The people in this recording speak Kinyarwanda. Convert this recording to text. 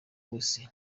wese